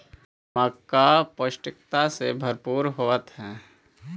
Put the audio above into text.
मक्का पौष्टिकता से भरपूर होब हई